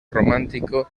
romántico